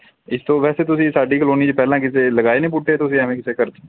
ਇਸ ਤੋਂ ਵੈਸੇ ਤੁਸੀਂ ਸਾਡੀ ਕਲੋਨੀ 'ਚ ਪਹਿਲਾਂ ਕਿਤੇ ਲਗਾਏ ਨੇ ਬੂਟੇ ਤੁਸੀਂ ਐਵੇਂ ਕਿਸੇ ਘਰ 'ਚ